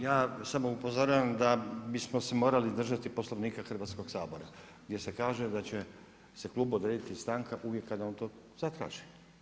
Ja samo upozoravam da bismo se morali držati Poslovnika Hrvatskog sabora gdje se kaže da će se klubu odrediti stanka uvijek kad on to zatraži.